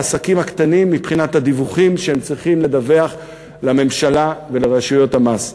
העסקים הקטנים מבחינת הדיווחים שהם צריכים לדווח לממשלה ולרשויות המס.